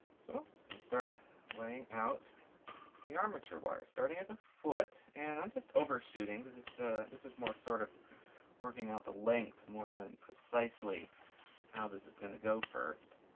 so just gonna start laying out the armature wire starting at the foot, and i'm just overshooting because this this is more sort of working out the length more than precisely how this is going to go first.